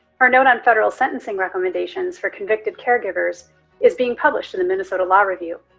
her note on federal sentencing recommendations for convicted caregivers is being published in the minnesota law review.